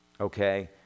okay